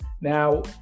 Now